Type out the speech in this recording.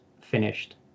finished